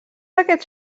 aquests